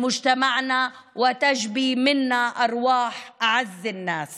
שלנו וגובות מאיתנו את חייהם של היקרים לנו מכול.